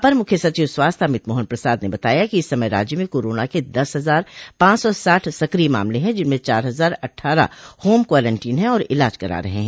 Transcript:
अपर मुख्य सचिव स्वास्थ्य अमित मोहन प्रसाद ने बताया कि इस समय राज्य में कोरोना के दस हजार पांच सौ साठ सकिय मामले हैं जिनमें चार हजार अट्ठारह होम कोरेनटाइन हैं और इलाज करा रहे हैं